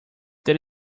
that